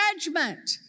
judgment